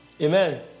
amen